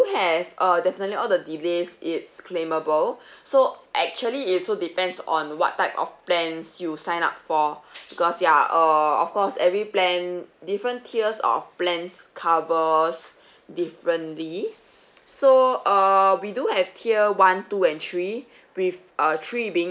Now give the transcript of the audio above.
have uh definitely all the delays it's claimable so actually it also depends on what type of plans you sign up for because yeah err of course every plan different tiers of plans covers differently so err we do have tier one two and three with uh three being